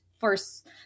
first